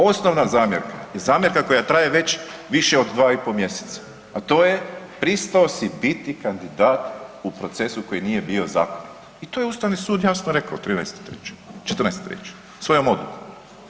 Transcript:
Osnovna zamjerka je zamjerka koja traje već više od 2 i pol mjeseca, a to je pristao si biti kandidat u procesu koji nije bio zakonit i to je Ustavni sud jasno rekao 14. 03. svojom odlukom.